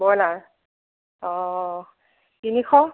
broiler অ তিনিশ